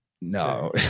No